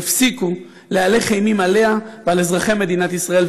יפסיקו להלך אימים עליה ועל אזרחי מדינת ישראל,